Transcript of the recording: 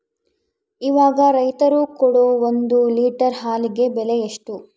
ಇವಾಗ ರೈತರು ಕೊಡೊ ಒಂದು ಲೇಟರ್ ಹಾಲಿಗೆ ಬೆಲೆ ಎಷ್ಟು?